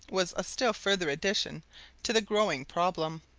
was a still further addition to the growing problem.